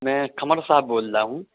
میں قمر صاحب بول رہا ہوں